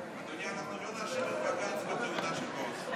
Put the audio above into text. אדוני, אנחנו לא נאשים את בג"ץ בתאונה של בועז.